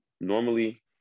normally